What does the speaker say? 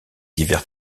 divers